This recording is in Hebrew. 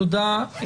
תודה.